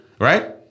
Right